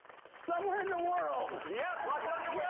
somewhere in the world. yeah but